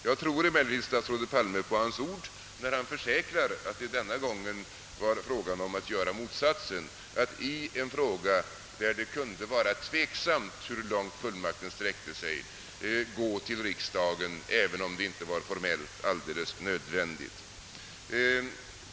Jag tror emellertid statsrådet Palme på hans ord när han försäkrar att det denna gång var frågan om att göra motsatsen: att i en fråga där det kunde vara tveksamt hur långt fullmakten sträckte sig gå till riksdagen, även om det inte var formellt alldeles nödvändigt.